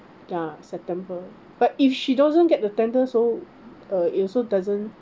ya september but if she doesn't get the tender so uh it also doesn't